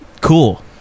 cool